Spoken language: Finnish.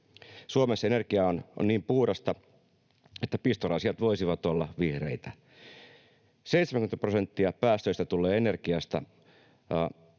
Suomessa energia on niin puhdasta, että pistorasiat voisivat olla vihreitä. 70 prosenttia päästöistä tulee energiasta,